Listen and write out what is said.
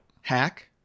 Hack